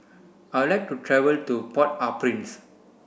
I would like to travel to Port au Prince